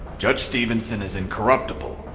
judge stephenson is incorruptible.